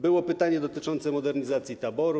Było pytanie dotyczące modernizacji taboru.